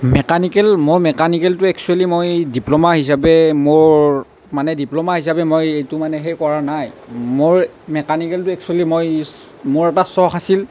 mechanical মই মেকানিকেলটো এক্সোৱেলী মই ডিপ্ল'মা হিচাপে মোৰ মানে ডিপ্ল'মা হিচাপে মই এইটো মানে সেই কৰা নাই মোৰ মেকানিকেলটো এক্সোৱেলী মই মোৰ এটা চখ আছিল